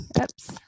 oops